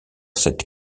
cette